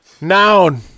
Noun